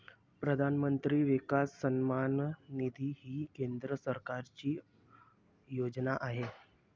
प्रधानमंत्री किसान सन्मान निधी ही केंद्र सरकारची योजना आहे